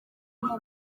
nk’uko